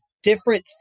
different